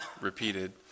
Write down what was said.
repeated